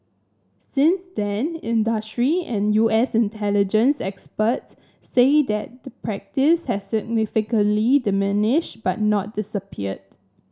since then industry and U S intelligence experts say that the practice has significantly diminished but not disappeared